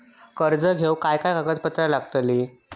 कर्ज घेऊक काय काय कागदपत्र लागतली?